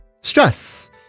stress